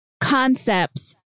concepts